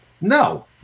no